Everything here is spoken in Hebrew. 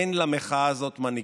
אין למחאה הזאת מנהיגים.